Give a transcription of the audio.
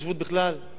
והוא מאשר.